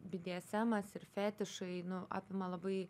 bdesemas ir fetišai nu apima labai